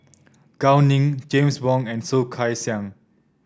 Gao Ning James Wong and Soh Kay Xiang